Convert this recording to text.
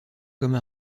comme